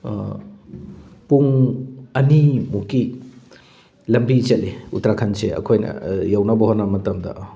ꯄꯨꯡ ꯑꯅꯤꯃꯨꯛꯀꯤ ꯂꯝꯕꯤ ꯆꯠꯂꯤ ꯎꯇꯔꯈꯟꯁꯦ ꯑꯩꯈꯣꯏꯅ ꯌꯧꯅꯕ ꯍꯣꯠꯅꯕ ꯃꯇꯝꯗ